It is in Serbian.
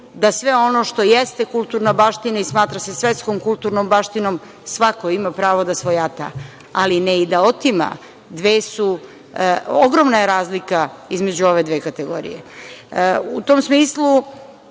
da sve ono što jeste kulturna baština i smatra se svetskom kulturnom baštinom svako ima pravo da svojata, ali ne i da otima. Ogromna je razlika između ove dve kategorije.U tom smislu,